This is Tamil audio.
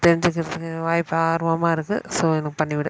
தெரிஞ்சுக்கறத்துக்கு ஒரு வாய்ப்பு ஆர்வமாக இருக்குது ஸோ எனக்கு பண்ணிவிடு